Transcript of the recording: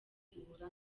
ihura